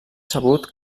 sabut